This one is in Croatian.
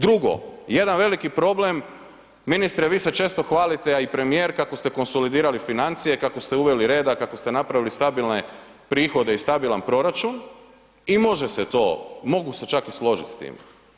Drugo, jedan veliki problem, ministre vi ste često hvalite a i premijer kako ste konsolidirali financije, kako ste uveli reda, kako ste napravili stabilne prihode i stabilan proračun i može se to, mogu se čak i složiti s time.